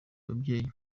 babyeyi